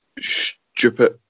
stupid